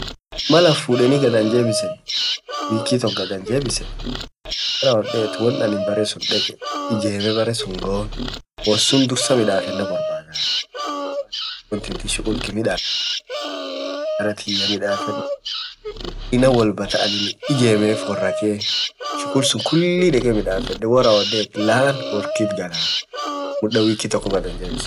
maal fudeni gad anjebiseen, akk wikii tokoo gaad anjebisenwoan anin itoo ijemee malaan baree suun goo dursaa shukul kiyy midafenoo boarbadaa aina woalbaa taan ijemeef wora kee woan suun kulii midafedee hoo rawodeet laan woarkiit galaa maal wikii tokoo gad anjebiseen.